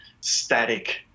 static